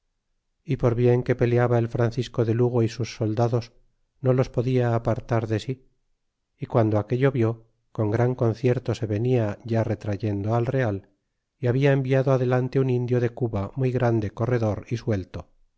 y por bien que peleaba el francisco de lugo y sus soldados no los podia apartar de sí y guando aquello vió con gran concierto se venia ya retrayendo al real y habla enviado adelante un indio de cuba muy grande corredor y suelto